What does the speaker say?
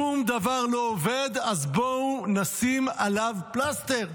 שום דבר לא עובד, אז בואו נשים עליו פלסטר.